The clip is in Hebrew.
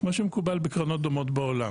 כמו שמקובל בקרנות דומות בעולם.